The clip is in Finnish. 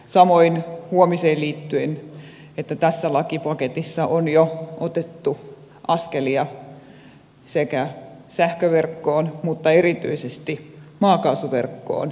samoin huomiseen liittyen se että tässä lakipaketissa on jo otettu askelia pienempien tuotantojen pääsemiseksi sekä sähköverkkoon mutta erityisesti maakaasuverkkoon